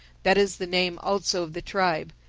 that is the name also of the tribe.